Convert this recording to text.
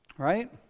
Right